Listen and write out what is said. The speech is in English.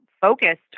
focused